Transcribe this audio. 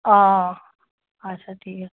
অঁ আচ্ছা ঠিক আছে